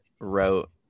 wrote